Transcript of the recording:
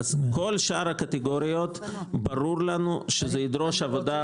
כל שאר הקטגוריות ידרשו עבודה.